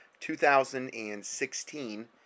2016